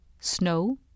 Snow